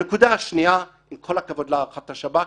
הנקודה השנייה, עם כל הכבוד להערכת השב"כ,